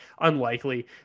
unlikely